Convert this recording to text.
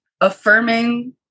affirming